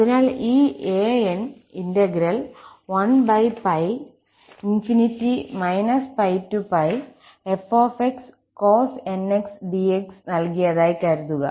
അതിനാൽ ഈ an integral 1𝜋 πf cos nx dx നൽകിയതായി കരുതുക